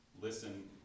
Listen